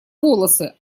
волосы